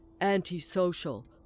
Antisocial